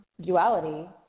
duality